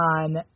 on